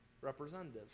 representatives